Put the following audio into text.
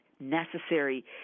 necessary